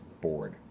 Board